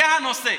זה הנושא.